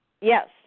Yes